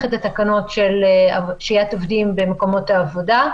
את התקנות של שהיית עובדים במקומות עבודה,